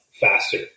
faster